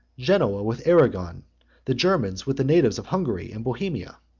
genoa with arragon the germans with the natives of hungary and bohemia?